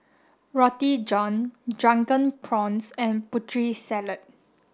Roti John Drunken Prawns and Putri Salad